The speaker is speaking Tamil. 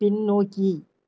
பின்னோக்கி